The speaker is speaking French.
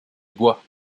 bois